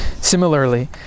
Similarly